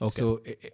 Okay